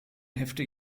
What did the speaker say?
hefte